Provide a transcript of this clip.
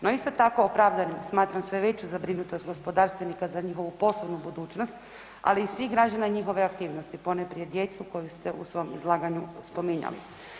No isto tako opravdanim smatram sve veću zabrinutost gospodarstvenika za njihovu poslovnu budućnost, ali i svih građana i njihove aktivnosti, ponajprije djecu koju ste u svom izlaganju spominjali.